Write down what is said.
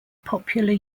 popular